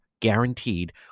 Guaranteed